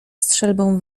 strzelbą